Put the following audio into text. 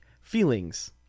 feelings